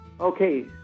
Okay